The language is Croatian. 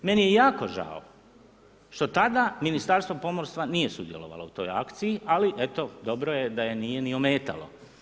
Meni je jako žao, što tada ministarstvo pomorstava nije sudjelovao u toj akciji, ali eto, dobro je da ju nije ni ometalo.